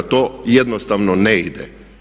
To jednostavno ne ide.